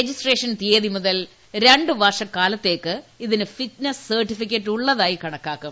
registration തീയതി മുതൽ രണ്ട് വർഷ കാലത്തേയ്ക്ക് ഇതിന് ഫിറ്റ്നസ് സർട്ടിഫിക്കറ്റ് ഉള്ളതായി കണക്കാക്കും